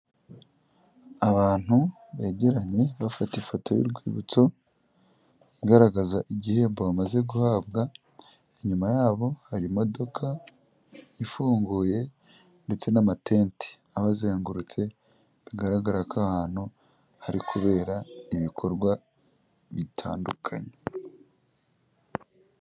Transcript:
Abantu begeranye bafata ifoto y'urwibutso, igaragaza igihembo bamaze guhabwa, inyuma yabo hari imodoka ifunguye ndetse n'amatente abazengurutse, bigaragara ko aha hantu hari kubera ibikorwa bitandukanye.